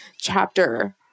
chapter